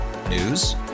News